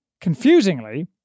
Confusingly